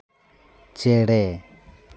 ᱪᱮᱬᱮ